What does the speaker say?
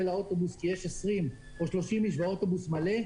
לאוטובוס כי באוטובוס יש 20 נוסעים והוא מלא,